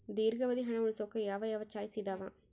ದೇರ್ಘಾವಧಿ ಹಣ ಉಳಿಸೋಕೆ ಯಾವ ಯಾವ ಚಾಯ್ಸ್ ಇದಾವ?